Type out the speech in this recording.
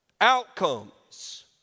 Outcomes